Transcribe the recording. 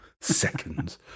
seconds